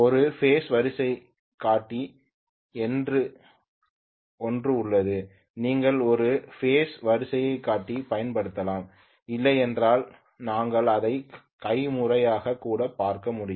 ஒரு பேஸ் வரிசை காட்டி என்று ஒன்று உள்ளது நீங்கள் ஒரு பேஸ் வரிசை காட்டி பயன்படுத்தலாம் இல்லையென்றால் நாங்கள் அதை கைமுறையாக கூட பார்க்க முடியும்